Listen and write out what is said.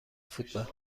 فوتبال